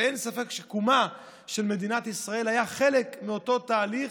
אין ספק שקומה של מדינת ישראל היה חלק מאותו תהליך,